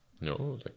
No